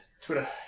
Twitter